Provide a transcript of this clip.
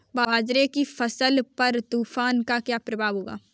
बाजरे की फसल पर तूफान का क्या प्रभाव होगा?